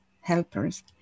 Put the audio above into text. helpers